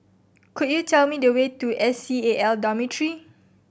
could you tell me the way to S C A L Dormitory